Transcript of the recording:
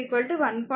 25 1